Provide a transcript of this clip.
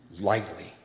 lightly